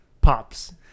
pops